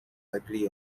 agree